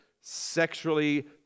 sexually